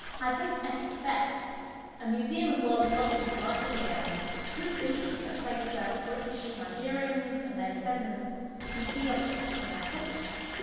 i think at its best a museum of world cultures like the bm could be a place where british nigerians and their descendants can see objects from their culture.